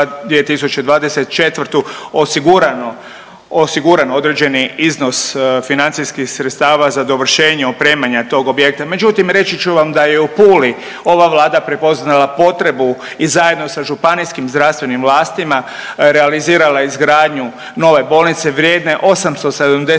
osiguran određeni iznos financijskih sredstava za dovršenje opremanja tog objekta. Međutim, reći vam da je u Puli ova Vlada prepoznala potrebu i zajedno sa županijskim zdravstvenim vlastima realizirala izgradnju nove bolnice vrijedne 876